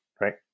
right